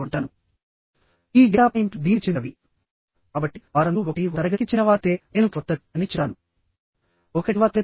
కనుక shear lag effect వచ్చే అవకాశం ఉంది